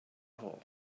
hole